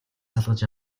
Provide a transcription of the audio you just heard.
салгаж